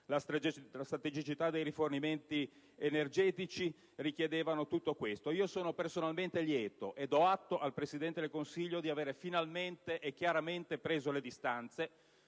la strategicità dei rifornimenti energetici richiedessero tutto questo. Io do atto al Presidente del Consiglio di avere finalmente e chiaramente preso le distanze,